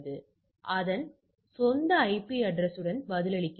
அது அதன் சொந்த ஐபி அட்ரஸ் உடன் பதிலளித்தது